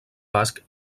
basc